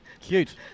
Cute